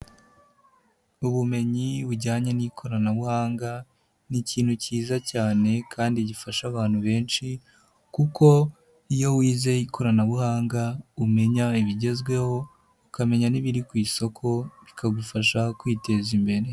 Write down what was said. Ubumenyi bujyanye n'ikoranabuhanga ni ikintu cyiza cyane kandi gifasha abantu benshi kuko iyo wize ikoranabuhanga, umenya ibigezweho, ukamenya n'ibiri ku isoko bikagufasha kwiteza imbere.